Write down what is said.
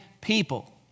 people